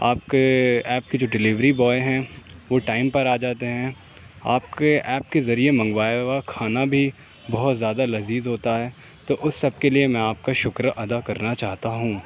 آپ کے ایپ کے جو ڈلیوری بوائے ہیں وہ ٹائم پر آ جاتے ہیں آپ کے ایپ کے ذریعے منگوایا ہوا کھانا بھی بہت زیادہ لذیذ ہوتا ہے تو اس سب کے لیے میں آپ کا شکر ادا کرنا چاہتا ہوں